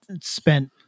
spent